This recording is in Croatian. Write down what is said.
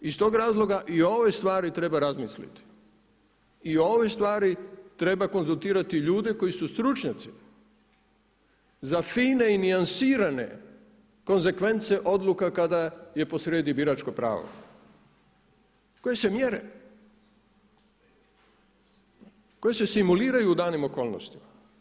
Iz tog razloga i o ovoj stvari treba razmisliti i o ovoj stvari treba konzultirati ljude koji su stručnjaci za fine i nijansiranje konsekvence odluka kada je posrijedi biračko pravo koje se mjere, koje se simuliraju u danim okolnostima.